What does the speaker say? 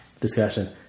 discussion